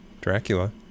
Dracula